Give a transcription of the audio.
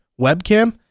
webcam